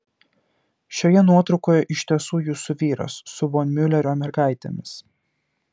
šioje nuotraukoje iš tiesų jūsų vyras su von miulerio mergaitėmis